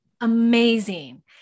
Amazing